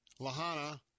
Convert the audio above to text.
Lahana